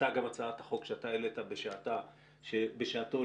עלתה גם הצעת החוק שאתה העלית בשעתו לגבי